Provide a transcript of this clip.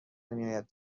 میآید